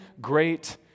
great